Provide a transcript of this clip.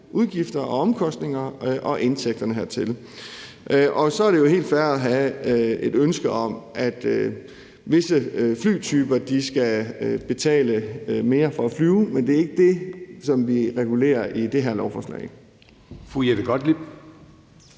udgifter og omkostninger og indtægterne. Og så er det jo helt fair at have et ønske om, at visse flytyper skal betale mere for at flyve, men det er ikke det, som vi regulerer i det her lovforslag.